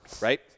right